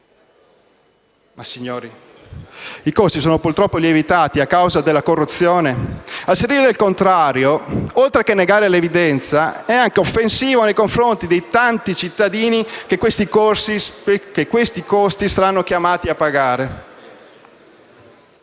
Signori, i costi purtroppo sono lievitati a causa alla corruzione. Asserire il contrario, oltre che negare l'evidenza, è anche offensivo nei confronti dei tanti cittadini che quei costi saranno chiamati a pagare.